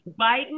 biden